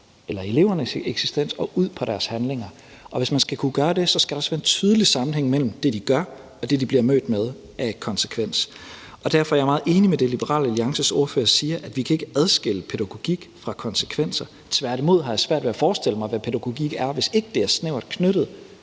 ud af elevernes eksistens og ud på deres handlinger. Og hvis man skal kunne gøre det, skal der også være en tydelig sammenhæng mellem det, de gør, og det, de bliver mødt med af konsekvens. Derfor er jeg meget enig i det, Liberal Alliances ordfører siger, at vi ikke kan adskille pædagogik fra konsekvenser. Tværtimod har jeg svært ved at forestille mig, hvad pædagogik er, hvis det ikke er snævert knyttet